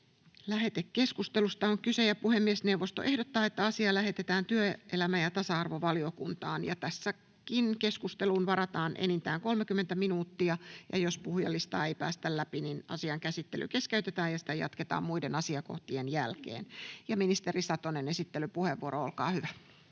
päiväjärjestyksen 6. asia. Puhemiesneuvosto ehdottaa, että asia lähetetään työelämä- ja tasa-arvovaliokuntaan. Tässäkin keskusteluun varataan enintään 30 minuuttia, ja jos puhujalistaa ei päästä läpi, niin asian käsittely keskeytetään ja sitä jatketaan muiden asiakohtien jälkeen. — Ministeri Satonen, esittelypuheenvuoro, olkaa hyvä.